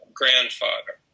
grandfather